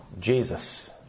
Jesus